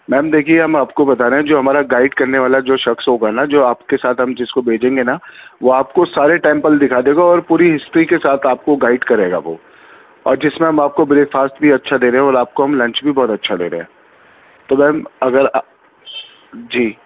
میم دیکھیے ہم آپ کو بتا رہے ہیں جو ہمارا گائیڈ کرنے والا جو شخص ہوگا نا جو آپ کے ساتھ جس کو ہم بھیجیں گے نا وہ آپ کو سارے ٹیمبپل دکھا دے گا اور پوری ہسٹری کے ساتھ آپ کو گائیڈ کرے گا وہ اور جس میں ہم آپ کو بریکفاسٹ بھی اچھا دے رہے اور آپ کو ہم لنچ بھی اچھا دے رہے تو میم اگر جی